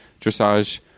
dressage